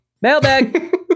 Mailbag